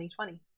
2020